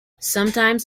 sometimes